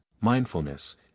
mindfulness